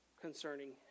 concerning